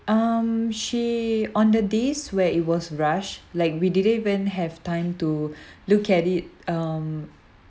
um she on the days where it was rush like we didn't even have time to look at it um